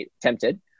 tempted